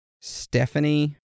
Stephanie